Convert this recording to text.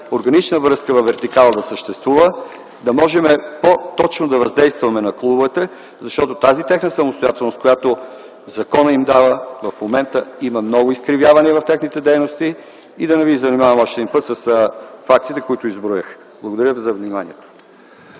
органична връзка във вертикала да съществува, да можем по-точно да въздействаме на клубовете, защото тази тяхна самостоятелност, която законът им дава в момента, има много изкривявания в техните дейности. Да не ви занимавам още един път с фактите, които изброих. Благодаря ви.